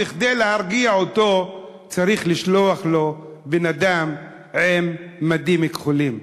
כדי להרגיע אותו צריך לשלוח לו בן-אדם עם מדים כחולים.